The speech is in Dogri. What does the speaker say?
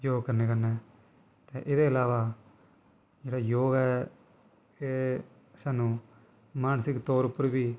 योग करने कन्नै ते एह्दे इलावा जेह्ड़ा योग ऐ एह् सानूं मानसिक तौर उप्पर बी